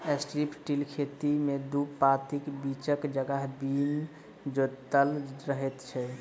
strip till खेती मे दू पाँतीक बीचक जगह बिन जोतल रहैत छै